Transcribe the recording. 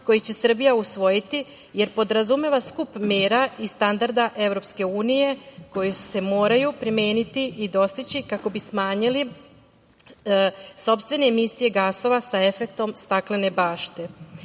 koji će Srbija usvojiti, jer podrazumeva skup mera i standarda EU koji se moraju primeniti i dostići kako bi smanjili sopstvene emisije gasova sa efektom staklene bašte. Na